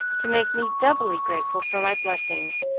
to make me doubly grateful for my blessings,